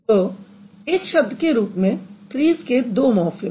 तो एक शब्द के रूप में ट्रीज़ के दो मॉर्फ़िम हैं